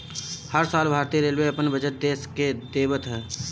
हर साल भारतीय रेलवे अपन बजट देस के देवत हअ